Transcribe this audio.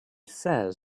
says